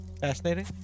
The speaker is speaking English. fascinating